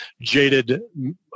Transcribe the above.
jaded